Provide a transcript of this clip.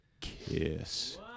Kiss